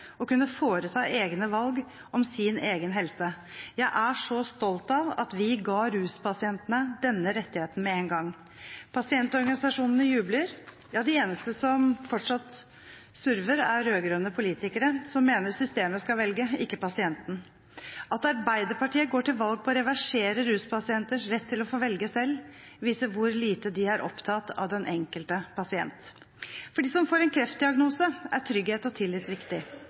å kunne foreta egne valg om sin egen helse. Jeg er så stolt av at vi ga ruspasientene denne rettigheten med én gang. Pasientorganisasjonene jubler. De eneste som fortsatt surver, er rød-grønne politikere, som mener systemet skal velge, ikke pasienten. At Arbeiderpartiet går til valg på å reversere ruspasienters rett til å få velge selv, viser hvor lite de er opptatt av den enkelte pasient. For dem som får en kreftdiagnose, er trygghet og tillit viktig.